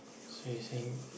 so you saying